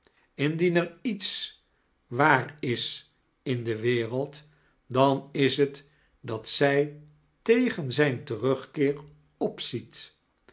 er iets waar is in de wereld dan is het dat zij tegen zijn terugkeer opziet